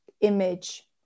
image